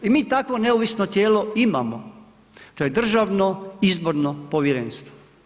I mi takvo neovisno tijelo imamo, to je Državno izborno povjerenstvo.